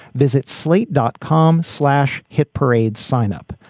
visit slate dot com. slash hit parade. sign up.